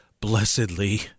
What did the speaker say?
blessedly